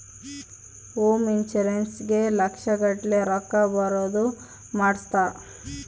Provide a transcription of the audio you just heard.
home insurance ಗೇ ಲಕ್ಷ ಗಟ್ಲೇ ರೊಕ್ಕ ಬರೋದ ಮಾಡ್ಸಿರ್ತಾರ